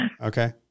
Okay